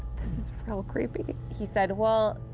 this is real creepy, he said, well,